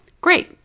Great